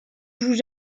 jouent